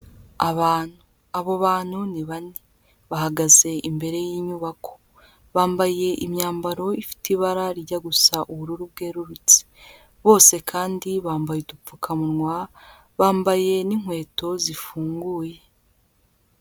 Abantu. Abo bantu ni bane. Bahagaze imbere y'inyubako. Bambaye imyambaro ifite ibara rijya gusa ubururu bwerurutse. Bose kandi bambaye udupfukamunwa, bambaye n'inkweto zifunguye.